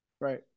Right